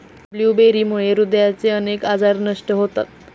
ब्लूबेरीमुळे हृदयाचे अनेक आजार नष्ट होतात